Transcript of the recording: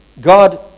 God